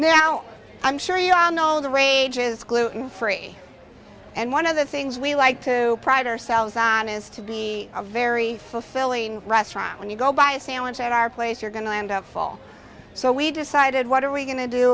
now i'm sure you all know the rages gluten free and one of the things we like to pride ourselves on is to be a very fulfilling restaurant when you go buy a sandwich at our place you're going to end of fall so we decided what are we go